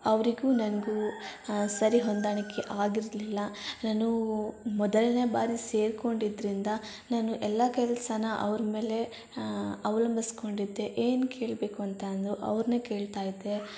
ಅವರಿಗೂ ನನಗೂ ಸರಿ ಹೊಂದಾಣಿಕೆ ಆಗಿರಲಿಲ್ಲ ನಾನು ಮೊದಲನೇ ಬಾರಿ ಸೇರಿಕೊಂಡಿದ್ರಿಂದ ನಾನು ಎಲ್ಲ ಕೆಲಸನ ಅವ್ರ ಮೇಲೆ ಅವಲಂಬಿಸಿಕೊಂಡಿದ್ದೆ ಏನು ಕೇಳಬೇಕು ಅಂತ ಅಂದ್ರೂ ಅವ್ರನ್ನೇ ಕೇಳ್ತಾ ಇದ್ದೆ